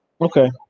okay